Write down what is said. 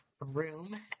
room